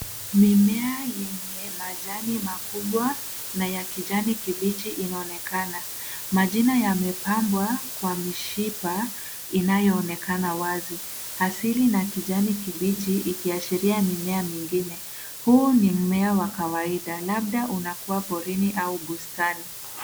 Mimea yenye majani makubwa na ya kijani kibichi inaonekana. Majina yamepambwa kwa mishipa inayoonekana wazi. Asili na kijani kibichi ikiashiria mimea mingine. Huu ni mmea wa kawaida labda unakua porini au bustani.